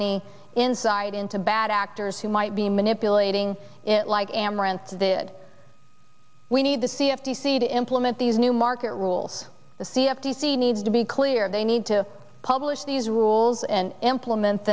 any insight into bad actors who might be manipulating it like amaranth did we need to see a p c to implement these new market rules the c f t c needs to be clear they need to publish these rules and implement